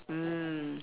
mm